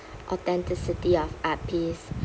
authenticity of art piece